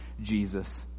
Jesus